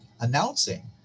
announcing